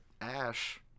ash